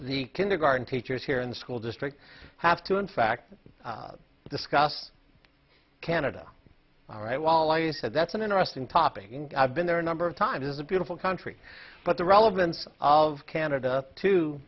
the kindergarten teachers here in the school district have to in fact discuss canada all right wally's said that's an interesting topic and i've been there a number of times is a beautiful country but the relevance of canada to